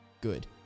Good